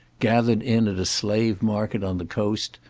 gathered in at a slave market on the coast,